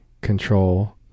control